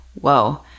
whoa